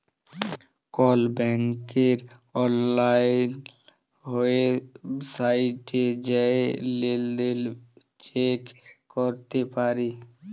call ব্যাংকের অললাইল ওয়েবসাইটে জাঁয়ে লেলদেল চ্যাক ক্যরতে পারি